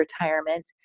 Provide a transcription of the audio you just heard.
retirement